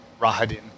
Rahadin